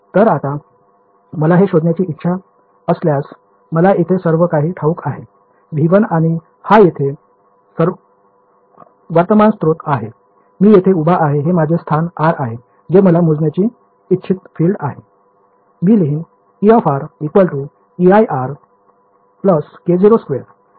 तर आता मला हे शोधण्याची इच्छा असल्यास मला येथे सर्वकाही ठाऊक आहे V1 आणि हा येथे वर्तमान स्त्रोत आहे मी येथे उभे आहे हे माझे स्थान r आहे जे मला मोजण्यासाठी इच्छित फील्ड आहे